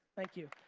thank you.